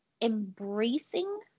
embracing